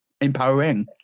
Empowering